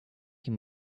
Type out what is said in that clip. him